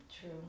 true